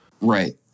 Right